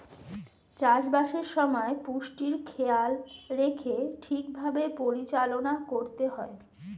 চাষ বাসের সময় পুষ্টির খেয়াল রেখে ঠিক ভাবে পরিচালনা করতে হয়